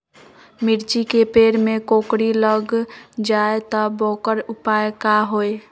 मिर्ची के पेड़ में कोकरी लग जाये त वोकर उपाय का होई?